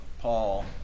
Paul